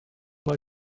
mal